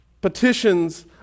petitions